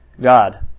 God